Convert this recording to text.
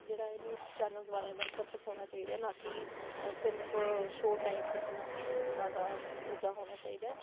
ਜਿਹੜਾ ਹੈ news channels ਵਾਲਿਆਂ ਦਾ ਪਰਪਸ ਹੋਣਾ ਚਾਹੀਦਾ ਨਾ ਕਿ ਸਿਰਫ ਸ਼ੋਅ ਟਾਈਮ ਖੱਟਣਾ ਉਹਨਾਂ ਦਾ ਮੁੱਦਾ ਹੋਣਾ ਚਾਹੀਦਾ ਹੈ